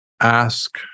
Ask